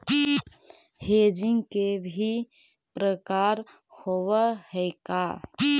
Hedging के भी प्रकार होवअ हई का?